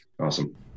Awesome